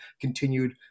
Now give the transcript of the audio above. continued